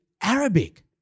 Arabic